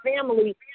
family